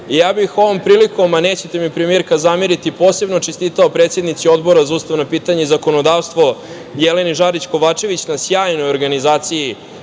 stav. Ovom prilikom bih, a nećete mi, premijerka, zameriti posebno čestitao predsednici Odbora za ustavna pitanja i zakonodavstvo, Jeleni Žarić Kovačević, na sjajnoj organizaciji